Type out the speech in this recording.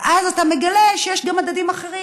ואז אתה מגלה שיש גם מדדים אחרים.